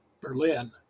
Berlin